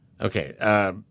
Okay